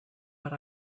but